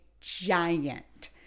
giant